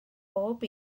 bob